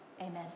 Amen